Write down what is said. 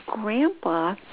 Grandpa